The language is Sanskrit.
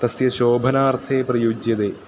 तस्य शोभनार्थे प्रयुज्यते